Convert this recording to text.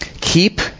Keep